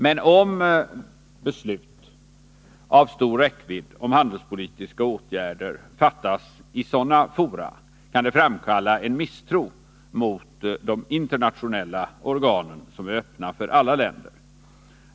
Men om beslut av stor räckvidd om handelspolitiska åtgärder fattas i sådana fora, kan det framkalla en misstro mot de internationella organ som är öppna för alla länder.